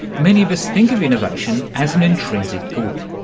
many of us think of innovation as an intrinsic good.